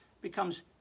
becomes